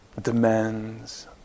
demands